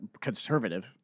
conservative